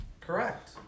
Correct